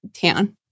town